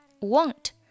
Want